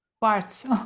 parts